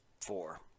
Four